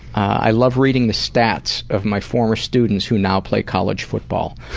i love reading the stats of my former students who now play college football.